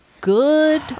good